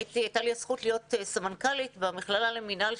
הייתה לי הזכות להיות סמנכ"לית במכללה למינהל,